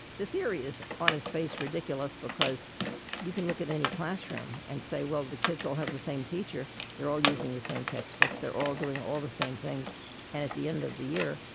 the theory is on its face ridiculous because you can look at any classroom and say, well, the kids all have the same teacher. they're all using the same textbooks. they're all doing all the same things. and at the end of the year,